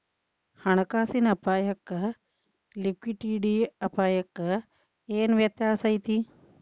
ಹಣ ಕಾಸಿನ್ ಅಪ್ಪಾಯಕ್ಕ ಲಿಕ್ವಿಡಿಟಿ ಅಪಾಯಕ್ಕ ಏನ್ ವ್ಯತ್ಯಾಸಾ ಐತಿ?